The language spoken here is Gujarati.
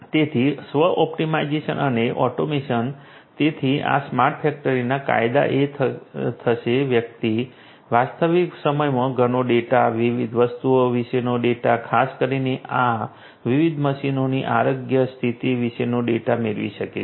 તેથી સ્વ ઓપ્ટિમાઇઝેશન અને ઓટોમેશન તેથી આ સ્માર્ટ ફેક્ટરીઓના ફાયદા એ થશે કે વ્યક્તિ વાસ્તવિક સમયમાં ઘણો ડેટા વિવિધ વસ્તુઓ વિશેનો ડેટા ખાસ કરીને આ વિવિધ મશીનોની આરોગ્ય સ્થિતિ વિશેનો ડેટા મેળવી શકે છે